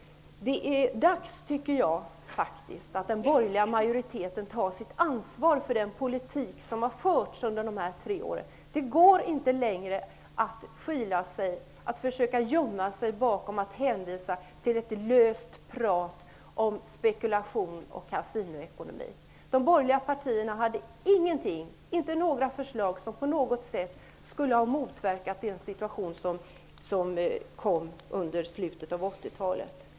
Det är dags, tycker jag, att den borgerliga majoriteten tar sitt ansvar för den politik som har förts under de här tre åren. Det går inte längre att skyla sig, att försöka gömma sig bakom och hänvisa till ett löst prat om spekulation och kasinoekonomi. De borgerliga partierna hade ingenting, inte några förslag som på något sätt skulle ha motverkat den situation som uppstod under slutet av 80-talet.